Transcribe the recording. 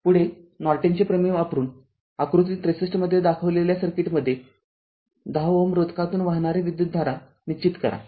पुढे नॉर्टनचे प्रमेय वापरून आकृती ६३ मध्ये दाखविलेल्या सर्किटमध्ये १० Ω रोधकातून वाहणारी विद्युतधारा निश्चित करा